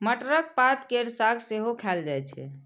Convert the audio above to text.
मटरक पात केर साग सेहो खाएल जाइ छै